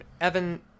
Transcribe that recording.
Evan